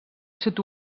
sud